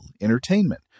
entertainment